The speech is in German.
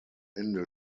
ende